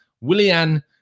Willian